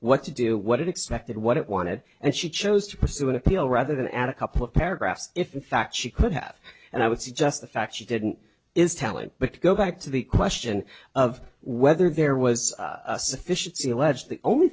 what to do what is expected what it wanted and she chose to pursue an appeal rather than add a couple of paragraphs if in fact she could have and i would suggest the fact she didn't is talent but to go back to the question of whether there was a sufficiency alleged the only